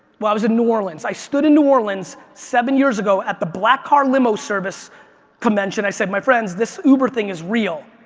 well i was in new orleans, i stood in new orleans seven years ago at the black car limo service convention, i said, my friends, this uber thing is real.